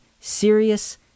serious